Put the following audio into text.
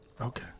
Okay